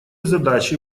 задачи